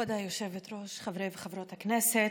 כבוד היושבת-ראש, חברי וחברות הכנסת,